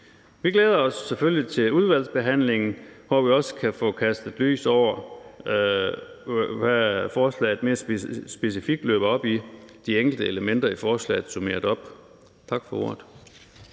Vi glæder os selvfølgelig til udvalgsbehandlingen, hvor vi også kan få kastet lys over, hvad forslaget mere specifikt løber op i, når man opsummerer de enkelte elementer i forslaget . Tak for ordet.